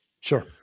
Sure